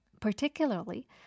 Particularly